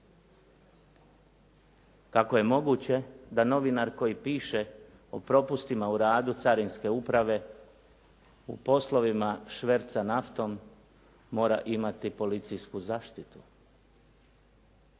Kako je moguće da novinar koji piše o propustima u radu Carinske uprave, u poslovima šverca naftom, mora imati policijsku zaštitu?